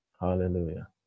hallelujah